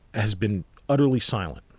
has been utterly silent.